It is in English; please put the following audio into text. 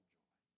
joy